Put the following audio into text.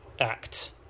act